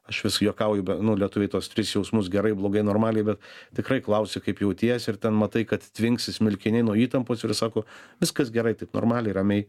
aš vis juokauju be nu lietuviai tuos tris jausmus gerai blogai normaliai bet tikrai klausi kaip jauties ir ten matai kad tvinksi smilkiniai nuo įtampos ir sako viskas gerai taip normaliai ramiai